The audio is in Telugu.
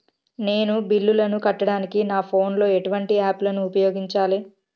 నేను బిల్లులను కట్టడానికి నా ఫోన్ లో ఎటువంటి యాప్ లను ఉపయోగించాలే?